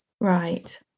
Right